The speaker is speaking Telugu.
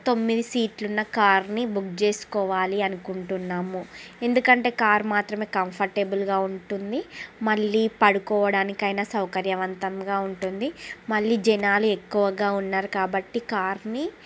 తొమ్మిది సీట్లున్న కార్ని బుక్ చేసుకోవాలి అనుకుంటున్నాము ఎందుకంటే కార్ మాత్రమే కంఫర్టబుల్గా ఉంటుంది మళ్ళీ పడుకోవడానికి అయినా సౌకర్యవంతంగా ఉంటుంది మళ్ళీ జనాలు ఎక్కువగా ఉన్నారు కాబట్టి కార్ని